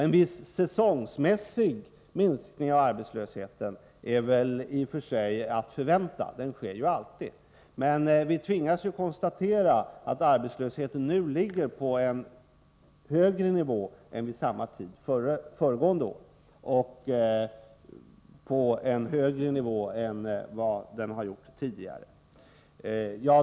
En viss säsongsmässig minskning av arbetslösheten är att förvänta — den sker alltid. Men vi tvingas konstatera att arbetslösheten nu ligger på en högre nivå än vid samma tid föregående år och på en högre nivå än vad den har gjort tidigare.